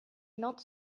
not